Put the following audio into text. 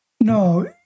no